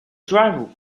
drivel